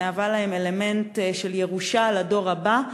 שמהווה להם אלמנט של ירושה לדור הבא,